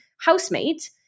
housemate